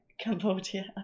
cambodia